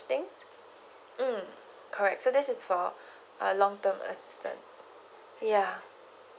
things mm correct so this is for a long term assistance ya